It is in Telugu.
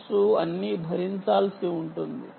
మనస్సు అన్ని భరించాల్సి ఉంటుంది